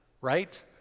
right